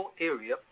area